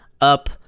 up